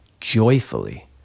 joyfully